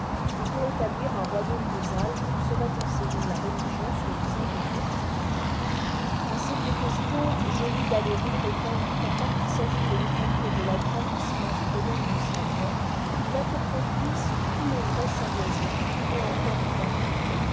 et pour établir un royaume des alpes où serait enseignée la religion soi-disant réformée a cette question joly d'allery répond qu'en tant qu'il s'agit de l'étendue et de l'agrandissement des domaines de savoie il a pour complices tous les vrais savoisiens et encore croit-il